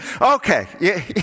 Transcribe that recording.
Okay